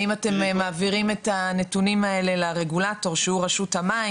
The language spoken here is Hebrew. האם אתם מעבירים את הנתונים האלה לרגולטור שהוא רשות המים?